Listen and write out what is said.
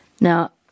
Now